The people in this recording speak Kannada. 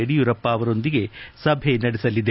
ಯಡಿಯೂರಪ್ಪ ಅವರೊಂದಿಗೆ ಸಭೆ ನಡೆಸಲಿದೆ